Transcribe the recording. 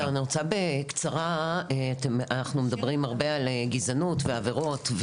אנחנו מדברים הרבה על גזענות ועבירות.